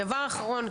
דבר אחרון,